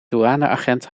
douaneagent